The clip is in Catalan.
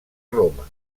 roma